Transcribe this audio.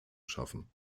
schaffen